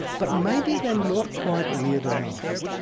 but maybe they're not quite weird enough.